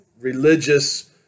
religious